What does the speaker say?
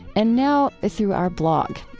and now, through our blog.